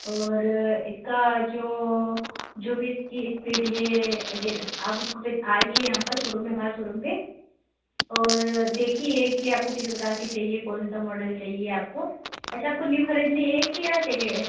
और इसका जो जो भी इसकी इस्पीड यह आप उसको आइए यहाँ पर सोरूम में हमारे सोरूम पर और देखिए कि आपको किस प्रकार की चाहिए कौन सा मॉडल चाहिए आपको अच्छा आपको न्यू खरीदनी है कि या सेके